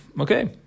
Okay